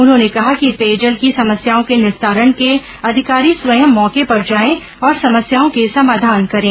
उन्होंने कहा कि पेयजल की समस्याओं के निस्तारण के अधिकारी स्वयं मौके पर जाएं और समस्याओं के समाधान करें